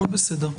הכול בסדר.